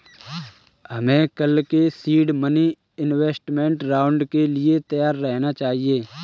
हमें कल के सीड मनी इन्वेस्टमेंट राउंड के लिए तैयार रहना चाहिए